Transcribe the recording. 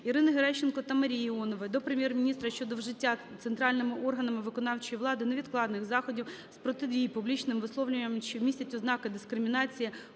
Ірини Геращенко та Марії Іонової до Прем'єр-міністра щодо вжиття центральними органами виконавчої влади невідкладних заходів з протидії публічним висловлюванням, що містять ознаки дискримінації,